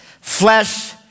Flesh